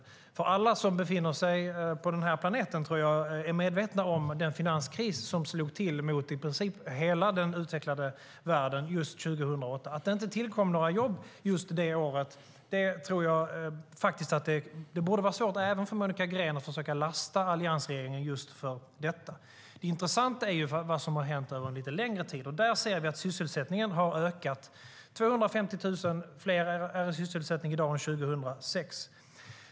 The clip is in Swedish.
Jag tror att alla som befinner sig på den här planeten är medvetna om den finanskris som slog till mot i princip hela den utvecklade världen just 2008. Det borde vara svårt även för Monica Green att försöka lasta alliansregeringen för att det inte tillkom några jobb just det året. Det intressanta är vad som har hänt över en lite längre tid. Där ser vi att sysselsättningen har ökat. Det är i dag 250 000 fler i sysselsättning än år 2006.